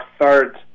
third